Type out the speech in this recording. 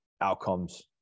outcomes